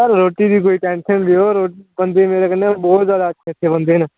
sir रोटी दी कोई टेंशन नी लियो रो बंदे मेरे कन्नै बोह्त ज्यादा अच्छे अच्छे बंदे न